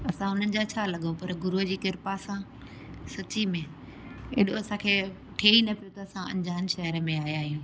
असां उन्हनि जा छा लॻूं पर गुरूअ जी कृपा सां सची में एॾो असांखे थिए ई न पियो त असां अंजान शहर में आहिया आहियूं